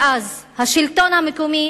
ואז השלטון המקומי